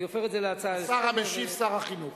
השר המשיב שר החינוך.